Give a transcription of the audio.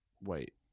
Wait